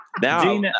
Now